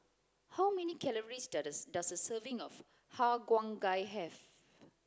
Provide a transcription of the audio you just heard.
how many calories does the does a serving of har cheong gai have